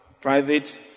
private